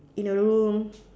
in a room